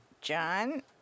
John